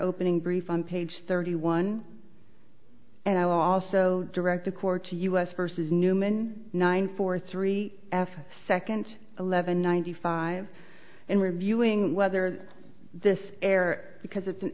opening brief on page thirty one and also direct the court to us versus newman nine four three f second eleven ninety five and reviewing whether this air because it's an